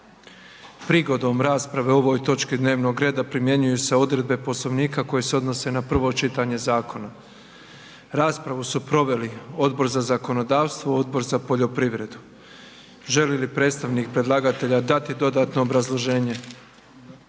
Prigodom rasprave o ovoj točki dnevnog reda primjenjuju se odredbe Poslovnika koje se odnose na prvo čitanje zakona. Raspravu su proveli Odbor za zakonodavstvo i Odbor za poljoprivredu. Želi li predstavnik predlagatelja dati dodatno obrazloženje?